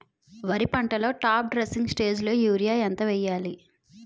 వరి పంటలో top dressing స్టేజిలో యూరియా ఎంత వెయ్యాలి?